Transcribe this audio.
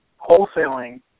wholesaling